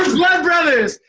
blood brothers!